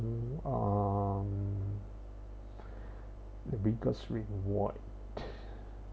mm um the biggest reward